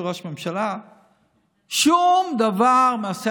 בצווחות אושר ילדותיות שלא מביאות בחשבון שמחר זה עלול להיות אחרת.